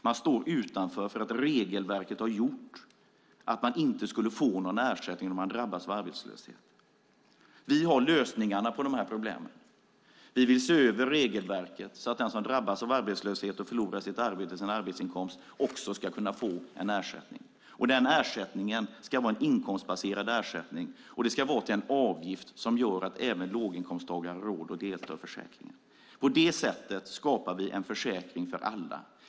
De står utanför för att regelverket har gjort att man inte får någon ersättning om man drabbas av arbetslöshet. Vi har lösningarna på problemen. Vi vill se över regelverket så att den som drabbas av arbetslöshet och förlorar sin arbetsinkomst också ska kunna få en ersättning. Ersättningen ska vara inkomstbaserad, och avgiften ska vara sådan att även låginkomsttagare har råd att vara med i försäkringen. På det sättet skapar vi en försäkring för alla.